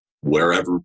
wherever